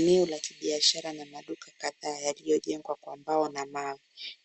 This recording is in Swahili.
Eneo la kibiashara na maduka kadhaa yaliyojengwa kwa mbao na mawe,